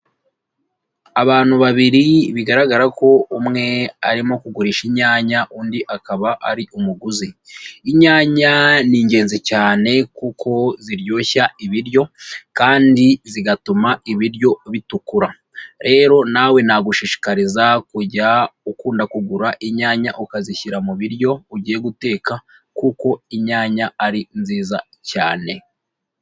Abantu babiri bigaragara ko umwe arimo kugurisha inyanya undi akaba ari umuguzi. Inyanya ni ingenzi cyane kuko ziryoshya ibiryo kandi zigatuma ibiryo bitukura. Rero nawe nagushishikariza kujya ukunda kugura inyanya ukazishyira mu biryo ugiye guteka kuko inyanya ari nziza cyane.